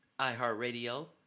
iHeartRadio